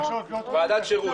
ועדת שירות.